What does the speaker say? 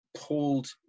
pulled